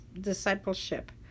discipleship